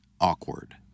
awkward